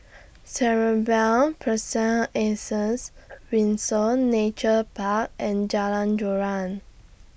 Cerebral Person Athens Windsor Nature Park and Jalan Joran